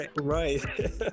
Right